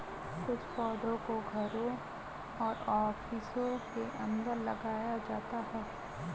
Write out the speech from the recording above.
कुछ पौधों को घरों और ऑफिसों के अंदर लगाया जाता है